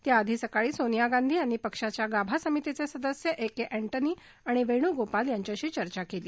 त्याआधी सकाळी सोनिया गांधी यांनी पक्षाच्या गाभा समितीचे सदस्य ए के अँजी आणि वेण्गोपाल यांच्याशी चर्चा केली